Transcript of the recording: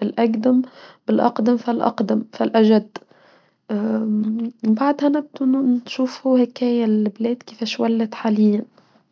بالأقدم بالأقدم فالأقدم فالأجد وبعدها نبدو نشوف هوكية البلاد كيف شولت حاليا.